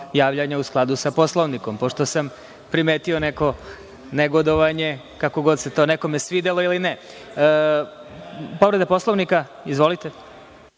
u skladu sa Poslovnikom, pošto sam primetio neko negodovanje, kako god se to nekome svidelo ili ne. Reč ima narodni poslanik